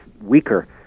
weaker